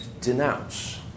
denounce